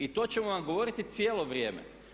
To ćemo vam govoriti cijelo vrijeme.